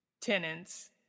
tenants